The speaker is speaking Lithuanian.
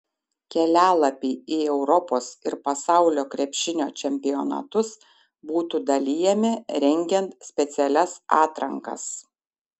kelialapiai į europos ir pasaulio krepšinio čempionatus būtų dalijami rengiant specialias atrankas